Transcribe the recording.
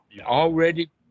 already